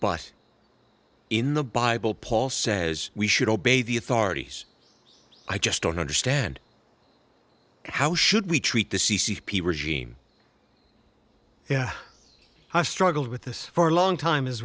but in the bible paul says we should obey the authorities i just don't understand how should we treat the c c p regime yeah i struggled with this for a long time as